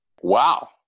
Wow